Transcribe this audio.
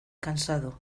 cansado